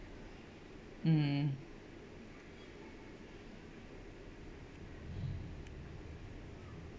mm